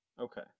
Okay